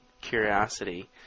curiosity